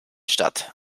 statt